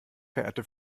verehrte